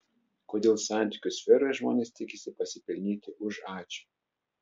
kodėl santykių sferoje žmonės tikisi pasipelnyti už ačiū